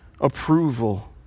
approval